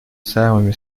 самыми